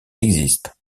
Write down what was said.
existe